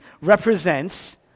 represents